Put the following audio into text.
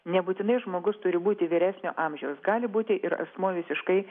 nebūtinai žmogus turi būti vyresnio amžiaus gali būti ir asmuo visiškai